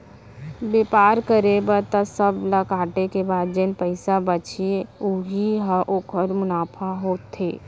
बेपार करबे त सब ल काटे के बाद जेन पइसा बचही उही ह ओखर मुनाफा होथे